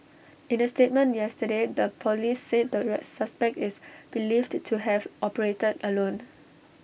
in A statement yesterday the Police said the re suspect is believed to have operated alone